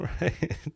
Right